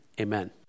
Amen